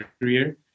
career